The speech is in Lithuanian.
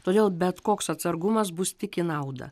todėl bet koks atsargumas bus tik į naudą